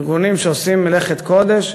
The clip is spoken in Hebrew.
ארגונים שעושים מלאכת קודש,